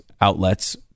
outlets